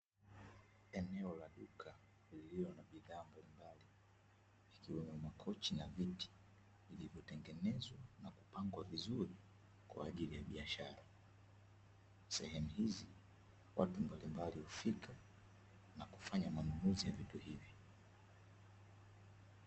Eneo la duka lililo na bidhaa mbalimbali, vikiwemo makochi na viti vilivyotengenezwa na kupangwa vizuri kwa ajili ya biashara, sehemu hizi watu mbalimbali hufika na kufanya manunuzi ya vitu hivi.